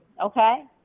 Okay